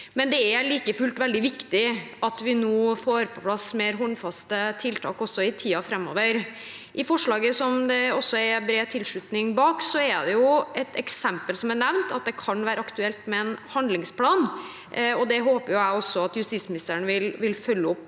Det er like fullt veldig viktig at vi nå får på plass mer håndfaste tiltak, også i tiden framover. I forslaget, som det er bred tilslutning for, er det som eksempel nevnt at det kan være aktuelt med en handlingsplan. Det håper jeg at justisministeren vil følge opp.